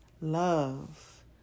love